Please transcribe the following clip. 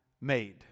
made